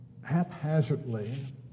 haphazardly